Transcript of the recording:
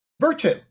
virtue